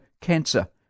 cancer